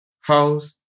house